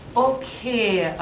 okay,